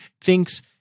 thinks